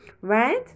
right